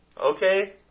okay